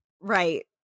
right